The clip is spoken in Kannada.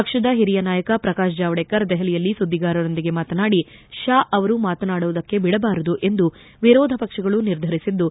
ಪಕ್ಷದ ಹಿರಿಯ ನಾಯಕ ಪ್ರಕಾಶ್ ಜಾವಡೇಕರ್ ದೆಹಲಿಯಲ್ಲಿ ಸುದ್ದಿಗಾರರೊಂದಿಗೆ ಮಾತನಾಡಿ ಷಾ ಅವರು ಮಾತನಾಡುವುದಕ್ಕೆ ಬಿಡಬಾರದು ಎಂದು ವಿರೋಧ ಪಕ್ಷಗಳು ನಿರ್ಧರಿಸಿದ್ದು